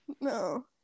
No